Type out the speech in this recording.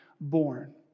born